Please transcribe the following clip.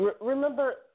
Remember